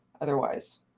Otherwise